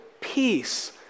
peace